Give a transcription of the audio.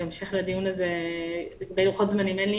לדיון הזה לגבי לוחות זמנים.